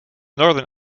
northern